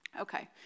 Okay